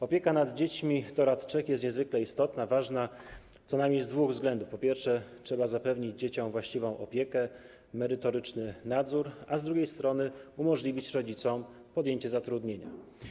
Opieka nad dziećmi do lat 3 jest niezwykle istotna, ważna co najmniej z dwóch względów: po pierwsze, trzeba zapewnić dzieciom właściwą opiekę, merytoryczny nadzór, a z drugiej strony - umożliwić rodzicom podjęcie zatrudnienia.